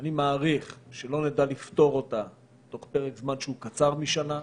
אני מעריך שלא נדע לפתור אותה תוך פרק זמן שהוא קצר משנה,